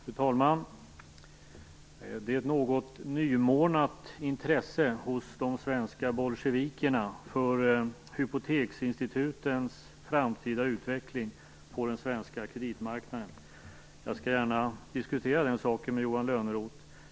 Fru talman! Det finns ett något nymornat intresse hos de svenska bolsjevikerna för hypoteksinstitutens framtida utveckling på den svenska kreditmarknaden. Jag skall gärna diskutera den saken med Johan Lönnroth.